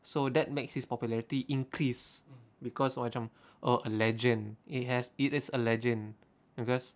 so that makes his popularity increase because macam oh a legend it has it is a legend because